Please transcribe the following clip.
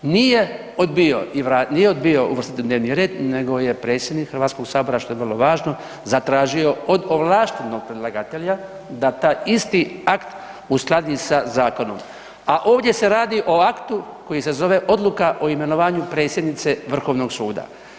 Nije odbio uvrstiti u dnevni red nego je predsjednik HS, što je vrlo važno, zatražio od ovlaštenog predlagatelja da taj isti akt uskladi sa zakonom, a ovdje se radi o aktu koji se zove Odluka o imenovanju predsjednice vrhovnog suda.